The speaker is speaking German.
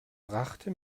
brachte